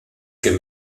can